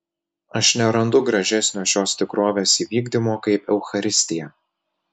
aš nerandu gražesnio šios tikrovės įvykdymo kaip eucharistija